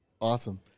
Awesome